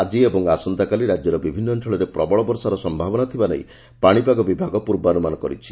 ଆକି ଏବଂ ଆସନ୍ତାକାଲି ରାକ୍ୟର ବିଭିନ୍ନ ଅଞ୍ଞଳରେ ପ୍ରବଳ ବର୍ଷାର ସୟାବନା ଥିବା ନେଇ ପାଣିପାଗ ବିଭାଗ ପୂର୍ବାନୁମାନ କରିଛି